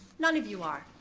none of you are.